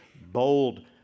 bold